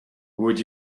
would